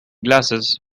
glasses